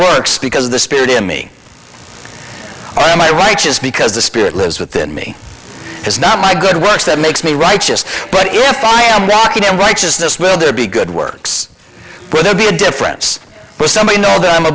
works because the spirit in me i am i right just because the spirit lives within me is not my good works that makes me righteous but if i am back in righteousness will there be good works for there be a difference with somebody know that i'm a